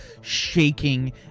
shaking